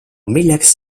milleks